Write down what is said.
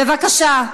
בבקשה.